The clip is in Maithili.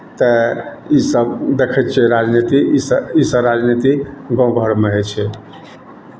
तऽ इसभ देखै छियै राजनीति इसभ इसभ राजनीति गाँव घरमे होइ छै